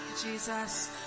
Jesus